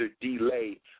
delay